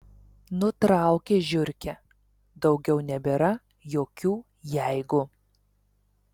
nutraukė žiurkė daugiau nebėra jokių jeigu